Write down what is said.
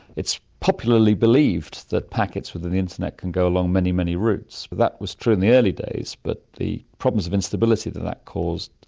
it's popularly believed that packets within the internet can go along many, many routes. that was true in the early days but the problems of instability that. that caused,